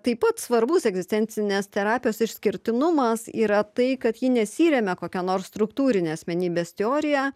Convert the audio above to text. taip pat svarbus egzistencinės terapijos išskirtinumas yra tai kad ji nesirėmė kokia nors struktūrine asmenybės teorija